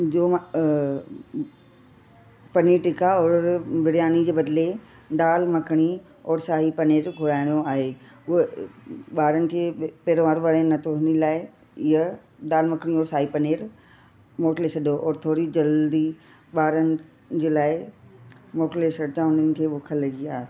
जो मां पनीर टिक्का और बिरयानी जे बदिले दालि मखणी और शाही पनीर घुराइणो आहे उहे ॿारनि खे पहिरो वारो वणे नथो हिन लाए इआ दालि मखनी और शाही पनीर मोकिले छॾो और थोरी जल्दी ॿारनि जे लाइ मोकिले छॾजा हुननि खे भुखु लॻी आहे